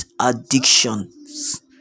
addictions